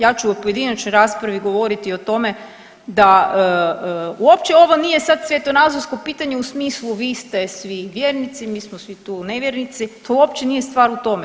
Ja ću u pojedinačnoj raspravi govoriti o tome da uopće ovo nije sad svjetonazorsko pitanje u smislu vi ste vi vjernici, mi smo svi tu nevjernici, to uopće nije stvar u tome.